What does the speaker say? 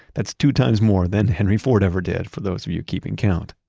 that's two times more than henry ford ever did, for those of you keeping count.